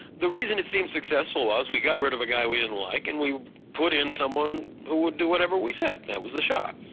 the reason it seemed successful was we got rid of a guy we didn't like, and we put in someone who would do whatever we said, that was the shah.